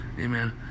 Amen